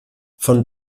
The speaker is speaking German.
von